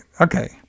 Okay